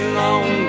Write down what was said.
long